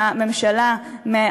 אתה צריך לראות בזה מחמאה,